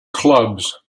clubs